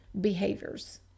behaviors